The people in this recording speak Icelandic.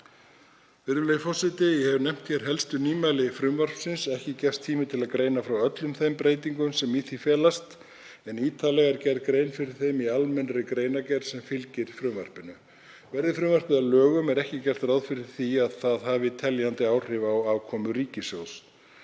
Virðulegi forseti. Ég hef nefnt hér helstu nýmæli frumvarpsins. Ekki gefst tími til að greina frá öllum þeim breytingum sem í því felast en ítarlega er gerð grein fyrir þeim í almennri greinargerð sem fylgir frumvarpinu. Verði frumvarpið að lögum er ekki gert ráð fyrir því að það hafi teljandi áhrif á afkomu ríkissjóðs.